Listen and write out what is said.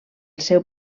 seu